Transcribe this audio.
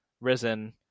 risen